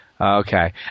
okay